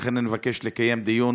לכן אני מבקש לקיים דיון